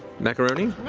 macaroni.